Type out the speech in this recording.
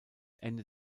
ende